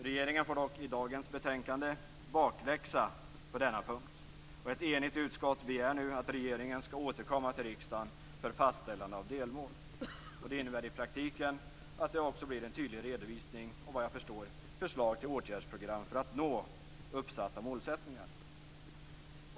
Regeringen får dock i dagens betänkande bakläxa på denna punkt. Ett enigt utskott begär nu att regeringen skall återkomma till riksdagen för fastställande av delmål. Det innebär i praktiken att det också blir en tydlig redovisning och, såvitt jag förstår, förslag till åtgärdsprogram för att nå uppsatta mål.